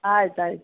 ಆಯ್ತು ಆಯ್ತು